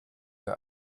der